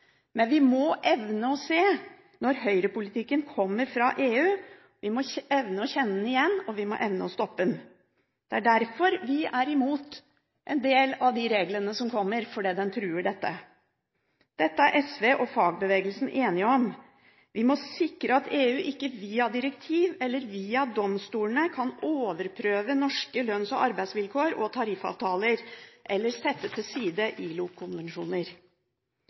Men vi må evne å se når høyrepolitikken kommer fra EU. Vi må evne å kjenne den igjen, og vi må evne å stoppe den. Det er derfor vi er imot en del av de reglene som kommer, fordi de truer dette. Dette er SV og fagbevegelsen enig om. Vi må sikre at ikke EU via direktiver eller via domstolene kan overprøve norske lønns- og arbeidsvilkår og tariffavtaler, eller sette til side